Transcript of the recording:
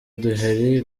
uduheri